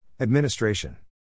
Administration